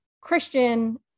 Christian